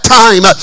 time